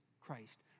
Christ